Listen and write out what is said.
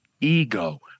ego